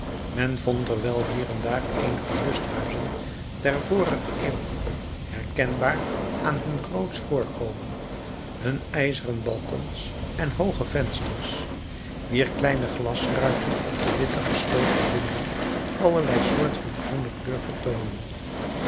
men vond er wel hier en daar eenige lusthuizen der vorige eeuw herkenbaar aan hun grootsch voorkomen hun ijzeren balkons en hooge vensters wier kleine glasruiten op de witte gesloten blinden allerlei soort van groene kleur vertoonen